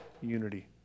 unity